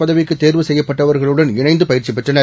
பதவிக்கு தேர்வு செய்யப்பட்டவர்களுடன் இணைந்து பயிற்சி பெற்றனர்